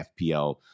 FPL